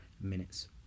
minutes